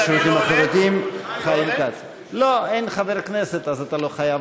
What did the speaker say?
לא ניתן כספים קואליציוניים בחינוך.